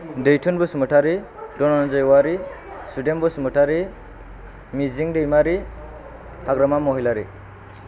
Daithun Basumatary Dhananjay Wary Sudem Basumatary Mijing Daimary Hagrama Mohilary